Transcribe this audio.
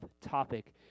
topic